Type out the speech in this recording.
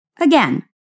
Again